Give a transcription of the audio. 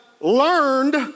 learned